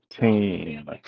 team